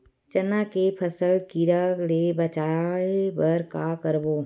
चना के फसल कीरा ले बचाय बर का करबो?